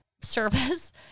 service